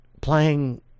playing